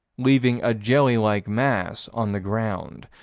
leaving a jelly-like mass on the ground.